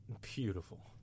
Beautiful